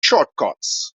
shortcuts